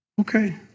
Okay